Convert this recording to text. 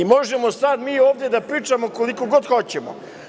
Možemo sad mi ovde da pričamo kolikog god hoćemo.